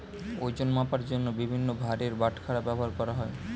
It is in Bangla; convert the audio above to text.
ওজন মাপার জন্য বিভিন্ন ভারের বাটখারা ব্যবহার করা হয়